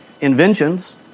inventions